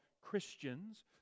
Christians